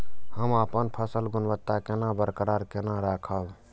हम अपन फसल गुणवत्ता केना बरकरार केना राखब?